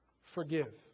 forgive